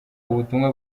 ubutumwa